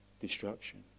destruction